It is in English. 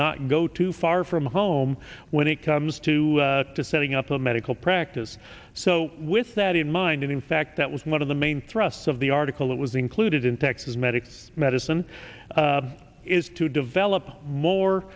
not go too far from home when it comes to to setting up a medical practice so with that in mind in fact that was one of the main thrusts of the article that was included in texas medics medicine is to develop more